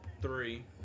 three